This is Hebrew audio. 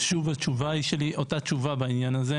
שוב, התשובה שלי אותה תשובה בעניין הזה.